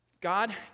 god